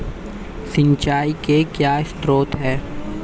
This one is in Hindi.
सिंचाई के क्या स्रोत हैं?